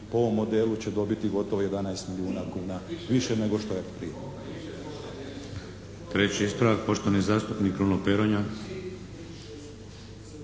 po ovom modelu će dobiti gotovo 11 milijuna kuna više nego što je prije.